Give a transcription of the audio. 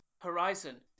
horizon